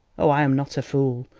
oh, i am not a fool,